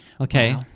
Okay